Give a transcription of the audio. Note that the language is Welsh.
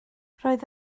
roedd